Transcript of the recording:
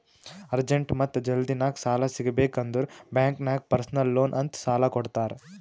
urgent ಮತ್ತ ಜಲ್ದಿನಾಗ್ ಸಾಲ ಸಿಗಬೇಕ್ ಅಂದುರ್ ಬ್ಯಾಂಕ್ ನಾಗ್ ಪರ್ಸನಲ್ ಲೋನ್ ಅಂತ್ ಸಾಲಾ ಕೊಡ್ತಾರ್